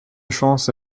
chance